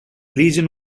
legion